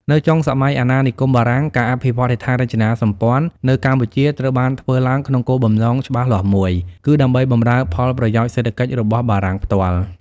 នៅចុងសម័យអាណានិគមបារាំង ការអភិវឌ្ឍន៍ហេដ្ឋារចនាសម្ព័ន្ធនៅកម្ពុជាត្រូវបានធ្វើឡើងក្នុងគោលបំណងច្បាស់លាស់មួយ គឺដើម្បីបម្រើផលប្រយោជន៍សេដ្ឋកិច្ចរបស់បារាំងផ្ទាល់។